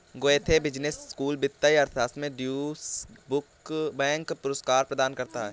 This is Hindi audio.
गोएथे बिजनेस स्कूल वित्तीय अर्थशास्त्र में ड्यूश बैंक पुरस्कार प्रदान करता है